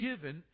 given